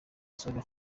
saga